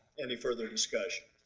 any further discussion?